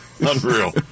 Unreal